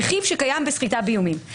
הרכיב שקיים בסחיטה באיומים.